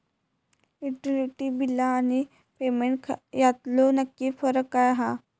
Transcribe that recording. Utility बिला आणि payment यातलो नक्की फरक काय हा?